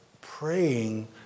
praying